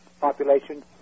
population